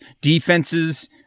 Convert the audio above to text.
defenses